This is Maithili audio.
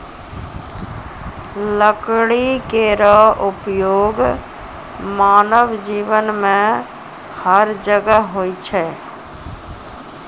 लकड़ी केरो उपयोग मानव जीवन में हर जगह होय छै